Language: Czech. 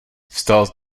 vstal